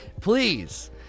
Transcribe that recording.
Please